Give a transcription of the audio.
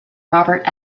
robert